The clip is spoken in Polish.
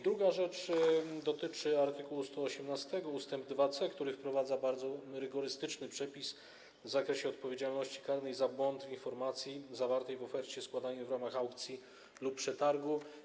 Druga kwestia dotyczy art. 118 ust. 2c, który wprowadza bardzo rygorystyczny przepis w zakresie odpowiedzialności karnej za błąd w informacji zawartej w ofercie składanej w ramach aukcji lub przetargu.